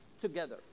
together